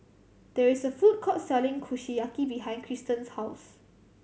there is a food court selling Kushiyaki behind Christen's house